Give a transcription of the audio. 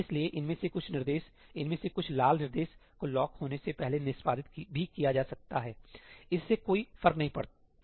इसलिए इनमें से कुछ निर्देश इनमें से कुछ लाल निर्देशों को लॉक होने से पहले निष्पादित भी किया जा सकता है इससे कोई फर्क नहीं पड़ता